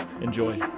Enjoy